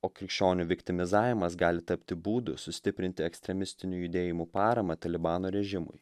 o krikščionių viktimizavimas gali tapti būdu sustiprinti ekstremistinių judėjimų paramą talibano režimui